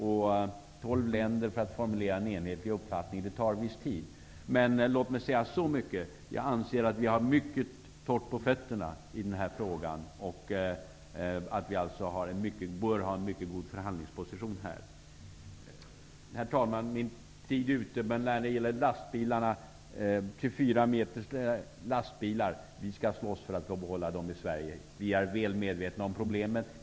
Det tar viss tid för tolv länder att formulera en uppfattning. Men låt mig säga så mycket som att vi anser att vi har mycket torrt på fötterna i denna fråga, vilket gör att vi bör ha en mycket god förhandlingsposition. Herr talman! När det gäller 24-meters lastbilar skall vi slåss för att få behålla dem i Sverige. Vi är väl medvetena om problemen.